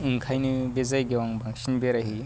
ओंखायनो बे जायगायाव आं बांसिन बेरायहैयो